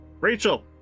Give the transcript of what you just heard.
Rachel